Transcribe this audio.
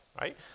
right